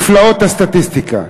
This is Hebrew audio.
נפלאות הסטטיסטיקה.